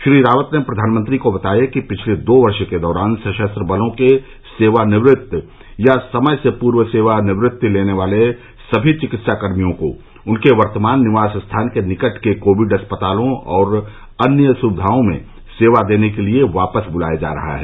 श्री रावत ने प्रधानमंत्री को बताया कि पिछले दो वर्ष के दौरान सशस्त्र बलों के सेवानिवृत या समय से पूर्व सेवानिवृत्ति लेने वाले सभी चिकित्सा कर्मियों को उनके वर्तमान निवास स्थान के निकट के कोविड अस्पतालों और अन्य सुविधाओं में सेवा देने के लिए वापस बुलाया जा रहा है